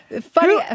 Funny